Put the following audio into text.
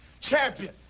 champion